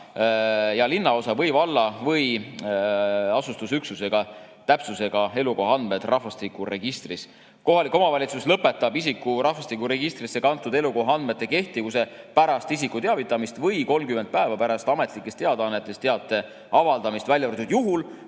ja linnaosa või valla või asustusüksuse täpsusega. Kohalik omavalitsus lõpetab isiku rahvastikuregistrisse kantud elukoha andmete kehtivuse pärast isiku teavitamist või 30 päeva pärast Ametlikes Teadaannetes teate avaldamist, välja arvatud juhul,